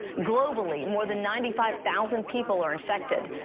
globally, more than ninety five thousand people are infected.